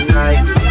nights